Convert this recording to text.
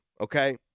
okay